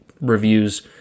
reviews